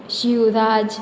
Shivraj